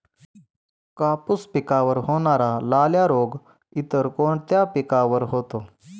कापूस पिकावर होणारा लाल्या रोग इतर कोणत्या पिकावर होतो?